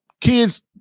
kids